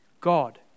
God